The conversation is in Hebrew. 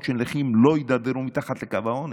של נכים לא יידרדרו מתחת לקו העוני.